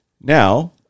Now